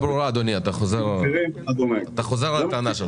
אדוני, תודה רבה.